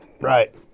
Right